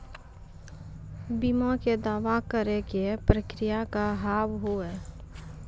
बीमा के दावा करे के प्रक्रिया का हाव हई?